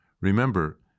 Remember